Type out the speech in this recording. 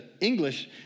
English